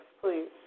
please